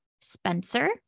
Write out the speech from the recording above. Spencer